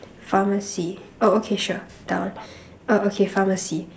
pharmacy oh okay sure that one oh okay pharmacy